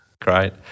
Great